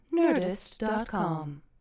Nerdist.com